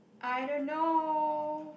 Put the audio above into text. I don't know